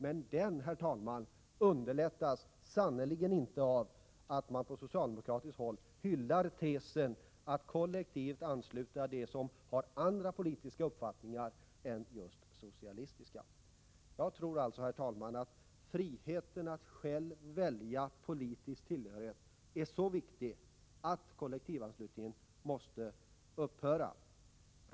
Men, herr talman, den underlättas sannerligen inte av att man från socialdemokratiskt håll hyllar tesen att man skall kollektivt ansluta dem till SAP, även de som har andra politiska uppfattningar än just socialistiska. Jag tror, herr talman, att friheten att själv välja politisk tillhörighet är så viktig att kollektivanslutningen måste upphöra.